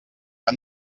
que